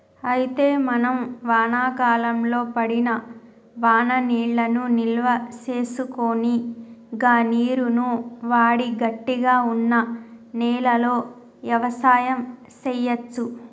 అయితే మనం వానాకాలంలో పడిన వాననీళ్లను నిల్వసేసుకొని గా నీరును వాడి గట్టిగా వున్న నేలలో యవసాయం సేయచ్చు